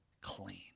clean